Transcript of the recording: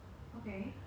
horse-sized